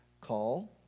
call